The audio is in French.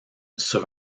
sur